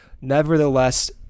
Nevertheless